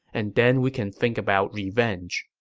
and then we can think about revenge.